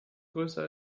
größer